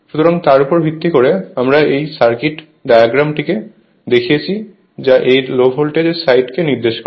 সুতরাং তার উপর ভিত্তি করে আমরা এই সার্কিট ডায়াগ্রামটিকে দেখিয়েছি যা রেফার টাইম 0123 এই লো ভোল্টেজ সাইডকে নির্দেশ করে